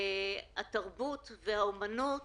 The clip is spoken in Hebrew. התרבות והאומנות